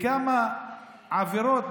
בכמה עבירות,